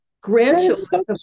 grandchildren